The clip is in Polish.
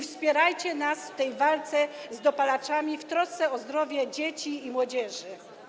Wspierajcie nas w walce z dopalaczami w trosce o zdrowie dzieci i młodzieży.